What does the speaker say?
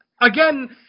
again